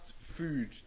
food